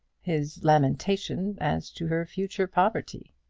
his lamentation as to her future poverty?